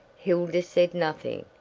hilda said nothing,